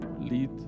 lead